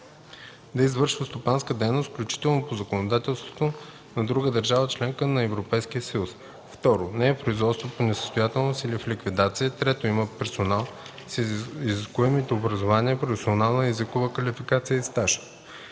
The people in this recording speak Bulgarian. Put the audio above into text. да извършва стопанска дейност, включително по законодателството на друга държава – членка на Европейския съюз; 2. не е в производство по несъстоятелност или в ликвидация; 3. има персонал с изискуемото образование, професионална, езикова квалификация и стаж;